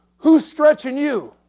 who's stretching you?